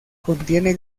contiene